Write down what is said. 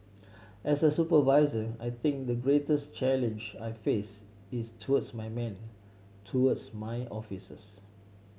as a supervisor I think the greatest challenge I face is towards my men towards my officers